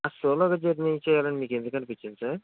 solo గా journey చేయాలని మీకెందుకంపించింది సార్